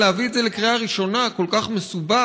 להביא את זה לקריאה ראשונה כל כך מסובך,